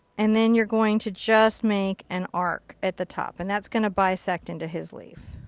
and then you're going to just make an arc at the top. and that's going to bisect into his leaf.